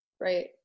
Right